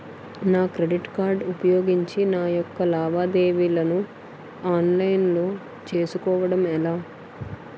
నా credit card ఉపయోగించి నా యెక్క లావాదేవీలను ఆన్లైన్ లో చేసుకోవడం ఎలా?